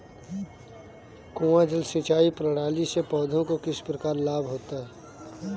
कुआँ जल सिंचाई प्रणाली से पौधों को किस प्रकार लाभ होता है?